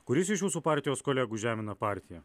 kuris iš jūsų partijos kolegų žemina partiją